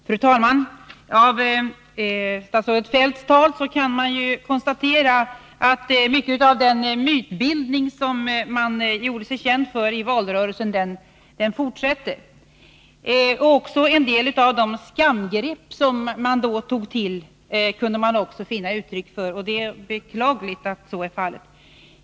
Fru talman! Efter att ha hört statsrådet Feldts tal kan man konstatera att mycket av den mytbildning som socialdemokraterna gjorde sig kända för i valrörelsen fortsätter. Också en del av de skamgrepp som de då tog till kom till uttryck i anförandet. Det är beklagligt att så är fallet.